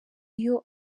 niyo